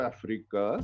Africa